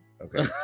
okay